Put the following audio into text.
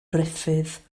ruffydd